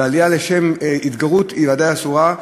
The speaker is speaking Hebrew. ועלייה לשם התגרות היא ודאי אסורה,